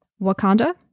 Wakanda